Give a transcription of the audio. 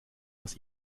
aus